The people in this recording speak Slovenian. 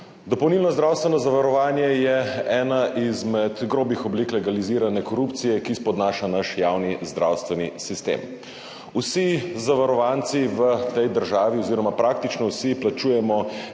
Dopolnilno zdravstveno zavarovanje je ena izmed grobih oblik legalizirane korupcije, ki spodnaša naš javni zdravstveni sistem. Vsi zavarovanci v tej državi oziroma praktično vsi plačujemo